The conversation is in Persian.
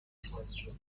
است